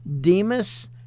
Demas